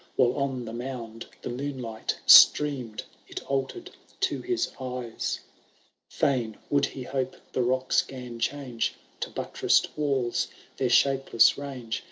while on the mound the moonlight streamed. it altered to his eyes fain would he hope the rocks gan change to buttressed walls their shapeless range.